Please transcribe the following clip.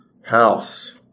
house